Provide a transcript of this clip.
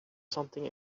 something